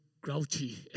grouchy